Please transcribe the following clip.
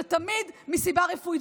זה תמיד מסיבה רפואית,